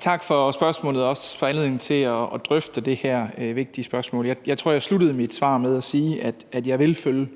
Tak for spørgsmålet og også for anledningen til at drøfte det her vigtige spørgsmål. Jeg tror, at jeg sluttede mit svar med at sige, at jeg vil følge